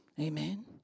Amen